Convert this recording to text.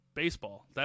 Baseball